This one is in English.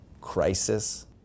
crisis